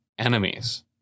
enemies